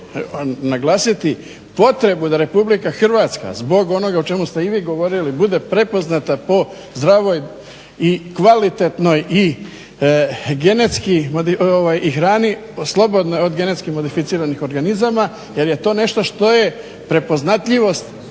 potrebu da RH zbog onoga o čemu ste i vi govorili bude prepoznata po zdravoj i kvalitetnoj i hrani slobodnoj od genetski modificiranih organizama jer je to nešto što je prepoznatljivost